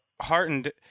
heartened